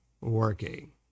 working